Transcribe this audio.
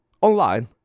online